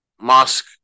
mosque